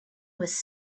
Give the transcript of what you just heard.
was